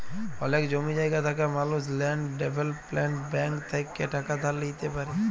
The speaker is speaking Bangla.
অলেক জমি জায়গা থাকা মালুস ল্যাল্ড ডেভেলপ্মেল্ট ব্যাংক থ্যাইকে টাকা ধার লিইতে পারি